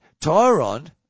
Tyron